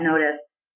notice